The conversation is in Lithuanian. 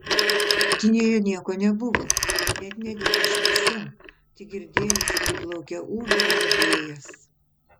laiptinėje nieko nebuvo net nedegė šviesa tik girdėjosi kaip lauke ūžauja vėjas